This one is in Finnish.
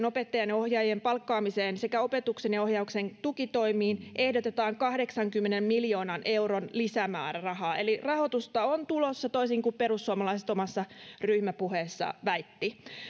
opettajien ja ohjaajien palkkaamiseen sekä opetuksen ja ohjauksen tukitoimiin ehdotetaan kahdeksankymmenen miljoonan euron lisämäärärahaa eli rahoitusta on tulossa toisin kuin perussuomalaiset omassa ryhmäpuheessaan väittivät